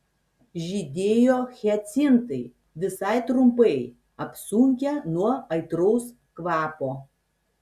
žydėjo hiacintai visai trumpai apsunkę nuo aitraus kvapo